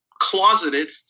closeted